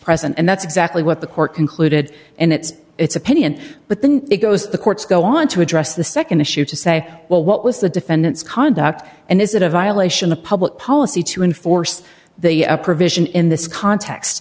present and that's exactly what the court concluded and it's its opinion but then it goes the courts go on to address the nd issue to say well what was the defendant's conduct and is it a violation of public policy to enforce the provision in this context